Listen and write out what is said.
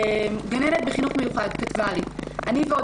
גננת בחינוך מיוחד כתבה לי: "אני ועוד